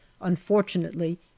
unfortunately